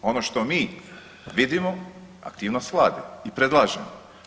Ono što mi vidimo, aktivnost Vlade i predlažemo.